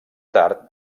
tard